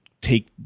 take